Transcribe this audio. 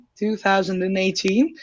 2018